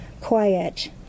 Quiet